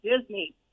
Disney